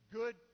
good